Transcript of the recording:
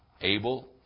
Abel